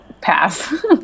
Pass